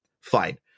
Fine